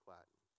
Latin